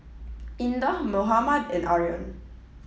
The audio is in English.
Indah Muhammad and Aryan